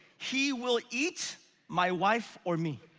he will eat my wife or me.